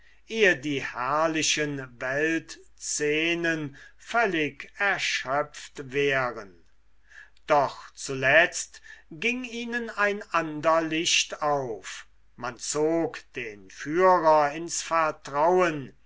ehe die herrlichen weltszenen völlig erschöpft wären doch zuletzt ging ihnen ein ander licht auf man zog den führer ins vertrauen